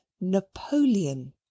Napoleon